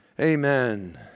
Amen